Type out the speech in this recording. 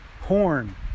horn